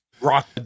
rock